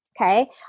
Okay